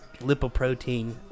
lipoprotein